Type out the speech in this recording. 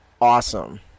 awesome